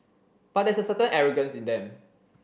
but there's a certain arrogance in them